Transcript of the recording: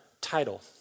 title